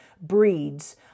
breeds